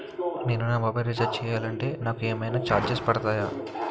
నేను నా mobile recharge చేయాలంటే నాకు ఏమైనా చార్జెస్ పడతాయా?